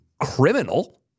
criminal